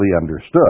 understood